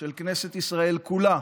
של כנסת ישראל כולה